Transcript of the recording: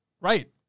right